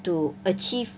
to achieve